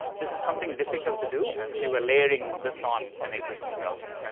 this is something difficult to do if you were layering this on an existing browser.